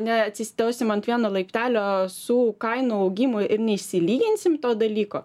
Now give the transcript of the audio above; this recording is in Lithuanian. neatsistosim ant vieno laiptelio su kainų augimu ir neišsilyginsim to dalyko